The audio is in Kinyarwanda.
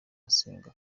asenga